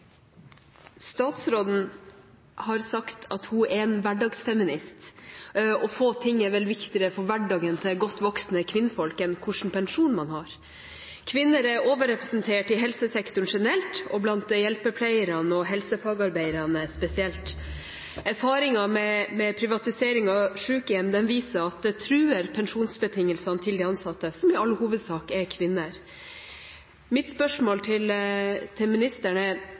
vel viktigere for hverdagen til godt voksne kvinnfolk enn hva slags pensjon man har. Kvinner er overrepresentert i helsesektoren generelt og blant hjelpepleierne og helsefagarbeiderne spesielt. Erfaringer med privatisering av sykehjem viser at det truer pensjonsbetingelsene til de ansatte – som i all hovedsak er kvinner. Mitt spørsmål til ministeren er: Er ministeren bekymret for pensjonen til helsevesenets helter, sånn som Karin Rones og Anne Karin Nilsen? Og hvordan tror ministeren